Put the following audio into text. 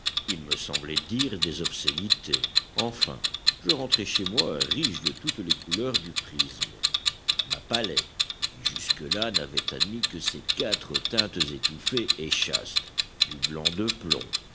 il me semblait dire des obscénités enfin je rentrai chez moi riche de toutes les couleurs du prisme ma palette qui jusque-là n'avait admis que ces quatre teintes étouffées et chastes du blanc de plomb